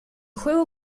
juego